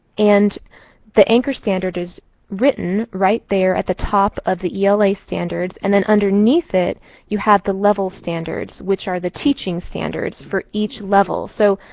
and the anchor standard is written right there at the top of the ela standards. and then underneath it you have the level standards, which are the teaching standards for each level. so,